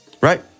right